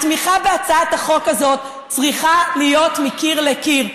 התמיכה בהצעת החוק הזאת צריכה להיות מקיר לקיר.